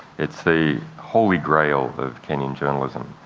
it's the holy grail of kenyan journalism.